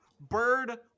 bird